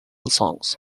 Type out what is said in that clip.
songs